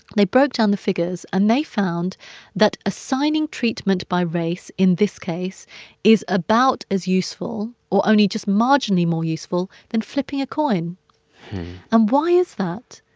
they broke down the figures. and they found that assigning treatment by race in this case is about as useful or only just marginally more useful than flipping a coin and why is that?